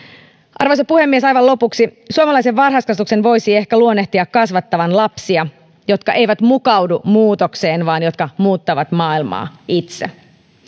arvoisa puhemies aivan lopuksi suomalaisen varhaiskasvatuksen voisi ehkä luonnehtia kasvattavan lapsia jotka eivät mukaudu muutokseen vaan jotka muuttavat maailmaa itse